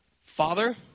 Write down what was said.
Father